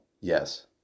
Yes